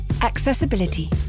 Accessibility